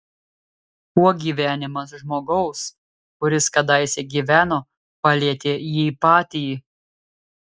kuo gyvenimas žmogaus kuris kadaise gyveno palietė jį patį